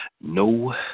No